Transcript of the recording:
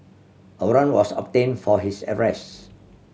a warrant was obtained for his arrest